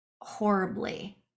horribly